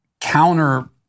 counter